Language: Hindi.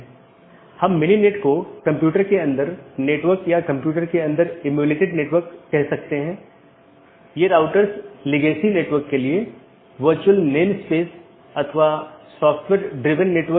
कुछ और अवधारणाएं हैं एक राउटिंग पॉलिसी जो महत्वपूर्ण है जोकि नेटवर्क के माध्यम से डेटा पैकेट के प्रवाह को बाधित करने वाले नियमों का सेट है